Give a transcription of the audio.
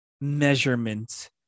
measurement